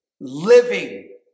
Living